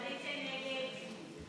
אין שום אמת בדברים